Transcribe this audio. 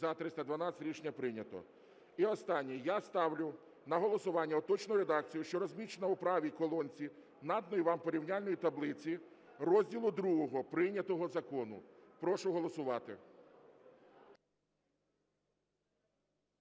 За-312 Рішення прийнято. І останнє. Я ставлю на голосування уточнену редакцію, що розміщена у правій колонці наданої вам порівняльної таблиці, розділу ІІ прийнятого закону. Прошу голосувати.